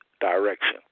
direction